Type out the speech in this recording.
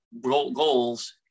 goals